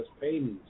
paintings